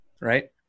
Right